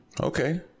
Okay